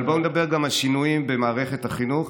אבל בואו נדבר גם על שינויים במערכת החינוך.